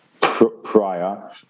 prior